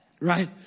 Right